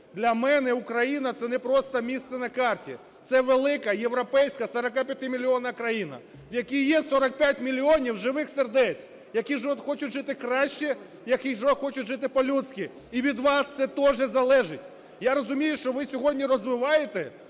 для мене Україна - це не просто місце на карті, це велика європейська, 45-мільйонна країна, в якій є 45 мільйонів живих сердець, які хочуть жити краще, які хочуть жити по-людськи. І від вас це теж залежить. Я розумію, що ви сьогодні розвиваєте